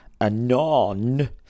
anon